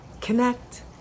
connect